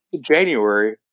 January